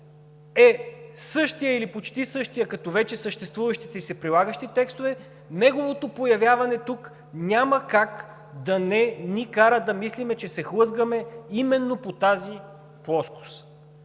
е същият или почти същият като вече съществуващите и прилагащи се текстове, неговото появяване тук няма как да не ни кара да мислим, че се хлъзгаме именно по тази плоскост.